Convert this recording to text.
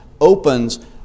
opens